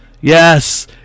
Yes